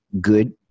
good